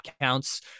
counts